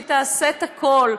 שהיא תעשה את הכול,